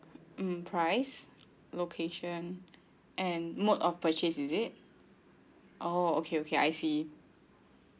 mm price location and mode of purchase is it oh okay okay I see